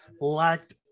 lacked